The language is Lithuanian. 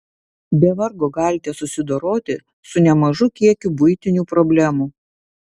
be vargo galite susidoroti su nemažu kiekiu buitinių problemų